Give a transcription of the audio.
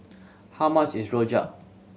how much is rojak